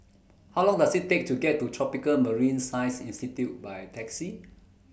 How Long Does IT Take to get to Tropical Marine Science Institute By Taxi